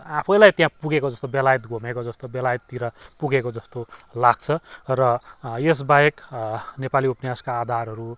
आफैलाई त्यहाँ पुगेको जस्तो बेलायत घुमेको जस्तो बेलायततिर पुगेको जस्तो लाग्छ र यसबाहेक नेपाली उपन्यसका आधारहरू